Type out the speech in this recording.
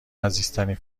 عزیزترین